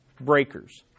breakers